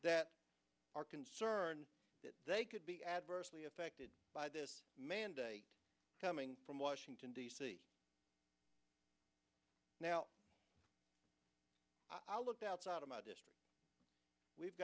that are concerned that they could be adversely affected by this mandate coming from washington d c now i looked outside of my district we've